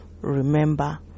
remember